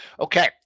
Okay